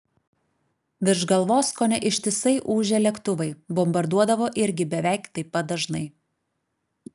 virš galvos kone ištisai ūžė lėktuvai bombarduodavo irgi beveik taip pat dažnai